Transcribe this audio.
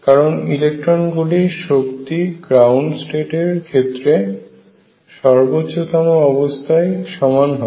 কারণ ইলেকট্রনগুলির শক্তি গ্রাউন্ড স্টেট এর ক্ষেত্রে সর্বোচ্চ তম অবস্থায় সমান হয়